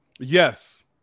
Yes